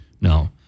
No